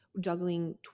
juggling